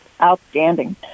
Outstanding